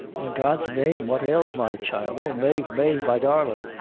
in god's name, what ails my child? o mave, mave, my darlin',